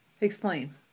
Explain